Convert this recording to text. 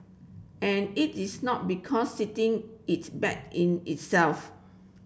and it is not because sitting is bad in itself